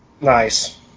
nice